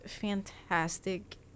fantastic